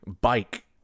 bike